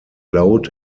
load